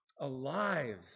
alive